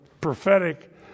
prophetic